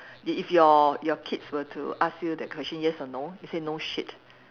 if if your your kids were to ask you that question yes or no you say no shit